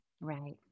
Right